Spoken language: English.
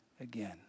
again